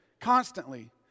constantly